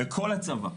בכל הצבא.